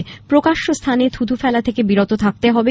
এছাড়া প্রকাশ্য স্হানে থুতু ফেলা থেকে বিরত থাকতে হবে